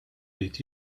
ried